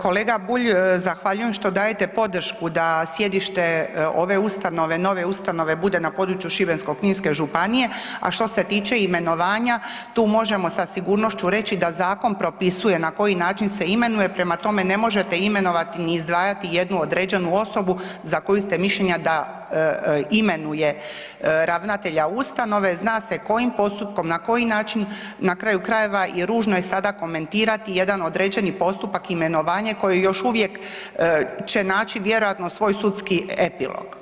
Kolega Bulj, zahvaljujem što dajete podršku da sjedište ove ustanove, nove ustanove bude na području Šibensko-kninske županije a što se tiče imenovanja, tu možemo sa sigurnošću reći da zakon propisuje na koji način se imenuje prema tome, ne možete imenovati ni izdvajati jednu određenu osobu za koju ste mišljenja da imenuje ravnatelja ustanove, zna se kojim postupkom, na koji način, na kraju krajeva i ružno je sada komentirati i jedan određeni postupak imenovanja koje još uvijek će naći vjerojatno svoj sudski epilog.